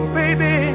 baby